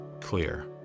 clear